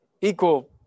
equal